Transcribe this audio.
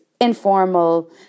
informal